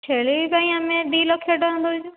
ଛେଳି ପାଇଁ ଆମେ ଦୁଇ ଲକ୍ଷ ଟଙ୍କା ଦେଉଛୁ